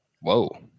whoa